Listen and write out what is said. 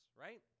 right